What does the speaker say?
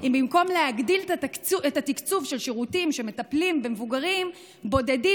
אם במקום להגדיל את התקציב של שירותים שמטפלים במבוגרים בודדים,